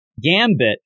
Gambit